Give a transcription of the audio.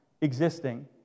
existing